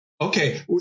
Okay